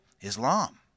Islam